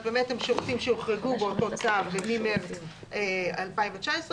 שירותים שהוחרגו באותו צו ממרץ 2019,